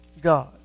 God